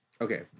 Okay